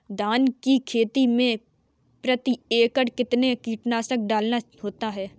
धान की खेती में प्रति एकड़ कितना कीटनाशक डालना होता है?